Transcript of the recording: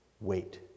wait